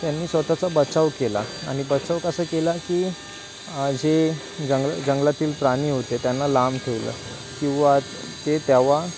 त्यांनी स्वतःचा बचाव केला आनि बचव कसं केला की जे जंग जंगलातील प्राणी होते त्यांना लांब ठेवलं किंवा ते तेव्हा